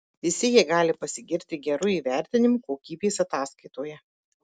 visi jie gali pasigirti geru įvertinimu kokybės ataskaitoje